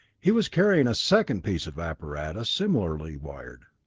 he was carrying a second piece of apparatus, similarly wired.